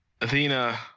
Athena